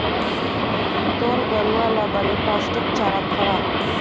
तोर गरूवा ल बने पोस्टिक चारा खवा